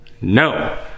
no